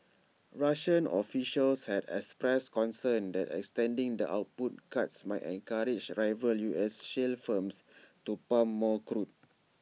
Russian officials had expressed concern that extending the output cuts might encourage rival U S shale firms to pump more crude